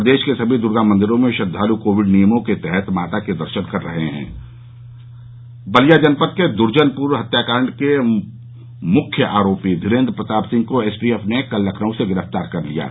प्रदेश के सभी दुर्गा मंदिरों में श्रद्वालु कोविड नियमों के तहत माता के दर्शन कर रहे हैं बलिया जनपद के दुर्जनपुर हत्याकाण्ड के मुख्य आरोपी धीरेन्द्र प्रताप सिंह को एसटीएफ ने कलज लखनऊ से गिरफ्तार किया है